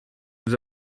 nous